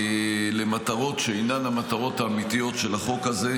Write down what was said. למטרות שאינן המטרות האמיתיות של החוק הזה.